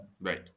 Right